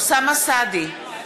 אוסאמה סעדי,